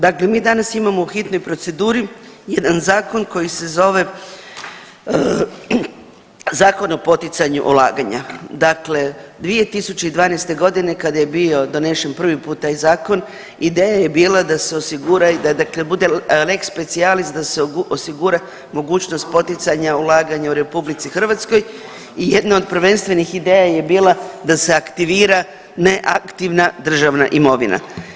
Dakle mi danas imamo u hitnoj proceduri jedan zakon koji se zove Zakon o poticanju ulaganja, dakle 2012.g. kada je bio donesen prvi puta taj zakon ideja je bila da se osigura i da dakle bude lex specialis da se osigura mogućnost poticanja ulaganja u RH i jedna od prvenstvenih ideja je bila da se aktivira neaktivna državna imovina.